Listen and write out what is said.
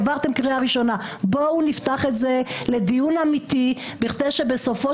בואו נפתח את זה לדיון אמיתי כדי שבסופו